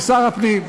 הוא שר הפנים,